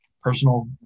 personal